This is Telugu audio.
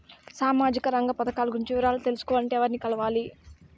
సామాజిక రంగ పథకాలు గురించి వివరాలు తెలుసుకోవాలంటే ఎవర్ని కలవాలి?